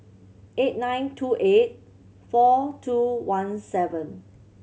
eight nine two eight four two one seven